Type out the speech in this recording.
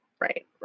Right